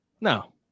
No